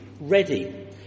ready